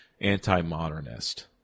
anti-modernist